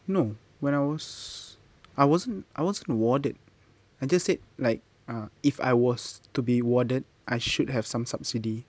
no when I was I wasn't I wasn't warded I just said like uh if I was to be warded I should have some subsidy